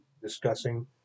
discussing